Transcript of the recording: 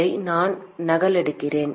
இதை நான் நகலெடுக்கிறேன்